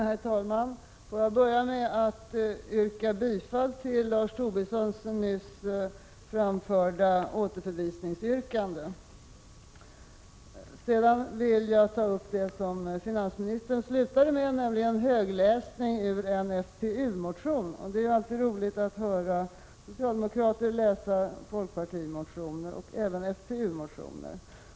Herr talman! Låt mig börja med att yrka bifall till Lars Tobissons nyss framställda återförvisningsyrkande. Jag vill sedan ta upp det som finansministern avslutade med, nämligen högläsning ur en FPU-motion. Det är alltid roligt att höra socialdemokrater läsa ur folkpartimotioner, och även FPU-motioner.